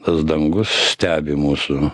tas dangus stebi mūsų